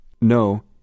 No